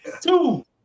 Two